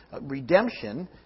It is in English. redemption